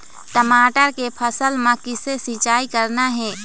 टमाटर के फसल म किसे सिचाई करना ये?